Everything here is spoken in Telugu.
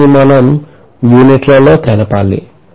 దీనిని మనం యూనిట్ల లో తెలపాలి